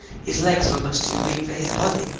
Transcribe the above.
his legs were much too weak for his body,